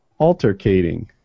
altercating